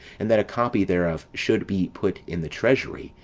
and that a copy thereof should be put in the treasury,